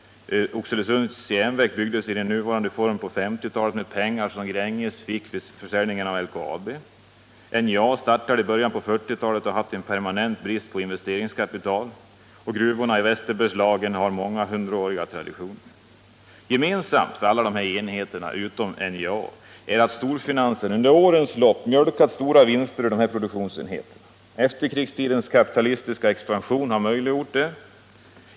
Oxelösunds järnverk byggdes i sin nuvarande form på 1950-talet med pengar som Gränges fick vid försäljningen av LKAB. NJA startades i början av 1940-talet och har haft en permanent brist på investeringskapital. Gruvorna i Västerbergslagen har månghundraåriga traditioner. Gemensamt för alla dessa produktionsenheter — utom NJA — är att storfinansen under årens lopp mjölkat stora vinster ur dem. Efterkrigstidens kapitalistiska expansion har möjliggjort detta.